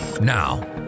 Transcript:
Now